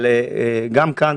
אבל גם כאן,